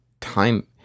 time